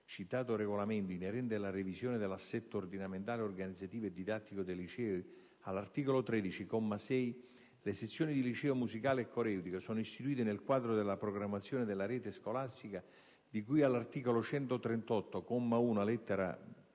sopracitato regolamento, inerente la revisione dell'assetto ordinamentale, organizzativo e didattico dei licei, all'articolo 13, comma 6, le sezioni di liceo musicale e coreutica sono istituite nel quadro della programmazione della rete scolastica di cui all'articolo 138, comma